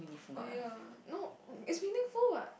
oh ya no it's meaningful what